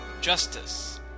justice